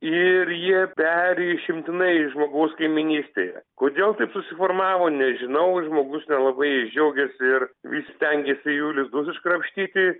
ir jie peri išimtinai žmogaus kaiminystėje kodėl taip susiformavo nežinau žmogus nelabai jais džiaugiasi ir vis stengiasi jų lizdus iškrapštyti